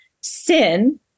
Sin